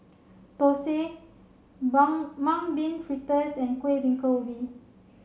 Thosai Bung Mung Bean Fritters and Kueh Bingka Ubi